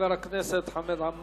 תודה לחבר הכנסת חמד עמאר.